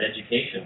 education